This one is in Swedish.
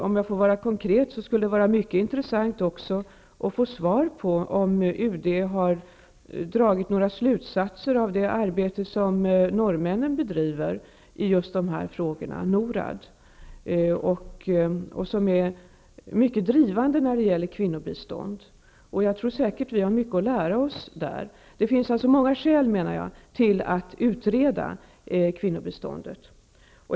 Om jag får vara konkret skulle det vara mycket intressant att få svar på om UD har dragit några slutsatser av det arbete som norrmännen bedriver i dessa frågor, NORAD. Norrmännen är mycket drivande när det gäller kvinnobistånd. Jag tror att vi har mycket att lära oss av dem. Det finns alltså många skäl till att utreda kvinnobiståndet.